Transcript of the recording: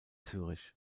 zürich